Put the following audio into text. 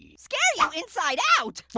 scare you inside out!